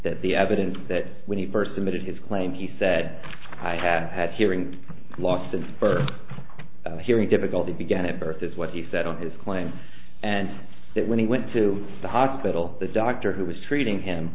that the evidence is that when he first emitted his claim he said i had had hearing loss in first hearing difficulty began at birth is what he said on his claim and that when he went to the hospital the doctor who was treating him